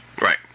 right